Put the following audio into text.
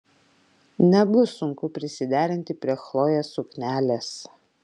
nebus sunku prisiderinti prie chlojės suknelės